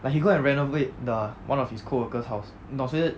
like he go and renovate the one of his coworkers house 你懂谁是